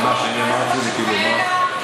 ומה שאני אמרתי, גם חשוב.